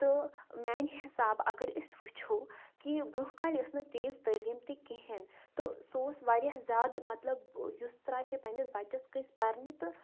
تہٕ میٛانہِ حِساب اگر أسۍ وٕچھو کہِ برونٛہہ کالہِ ٲس نہٕ تیٖژ تعلیٖم تہِ کِہیٖنۍ تہٕ سُہ اوس واریاہ زیادٕ مطلب یُس ترٛایہِ ہا پنٛنِس بَچَس کٲنٛسہِ پَرنہِ تہٕ